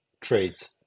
trades